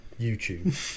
YouTube